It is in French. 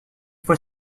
fois